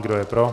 Kdo je pro?